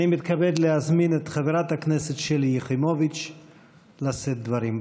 אני מתכבד להזמין את חברת הכנסת שלי יחימוביץ לשאת דברים.